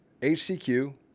HCQ